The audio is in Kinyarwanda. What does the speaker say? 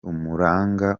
umuranga